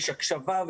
יש הקשבה,